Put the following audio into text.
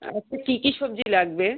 আচ্ছা কী কী সবজি লাগবে